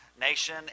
nation